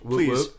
Please